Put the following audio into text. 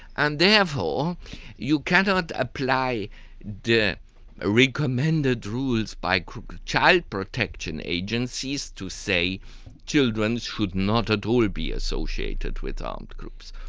and therefore you cannot apply the ah recommended rules by child protection agencies to say children should not at all be associated with armed groups.